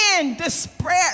despair